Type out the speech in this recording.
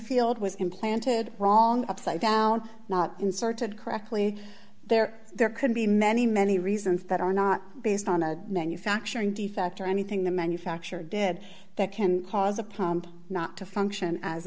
field was implanted wrong upside down not inserted correctly there there could be many many reasons that are not based on a manufacturing defect or anything the manufacturer did that can cause a pump not to function as